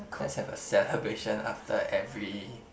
let's have a celebration after every